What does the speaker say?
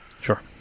Sure